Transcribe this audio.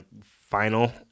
final